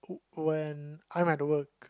when I'm at the work